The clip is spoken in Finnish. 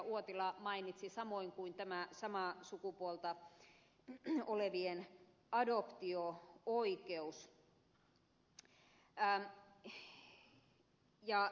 uotila mainitsi samoin kuin tähän samaa sukupuolta olevien adoptio oikeuteen